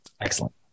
Excellent